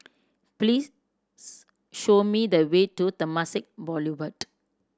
please show me the way to Temasek Boulevard